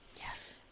yes